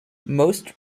most